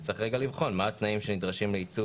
וצריך לבחון מה התנאים שנדרשים לייצוא